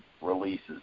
releases